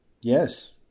Yes